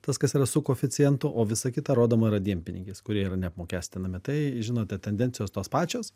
tas kas yra su koeficientu o visa kita rodoma yra dienpinigiais kurie yra neapmokestinami tai žinote tendencijos tos pačios